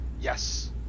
Yes